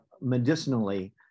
medicinally